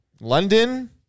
London